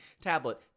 tablet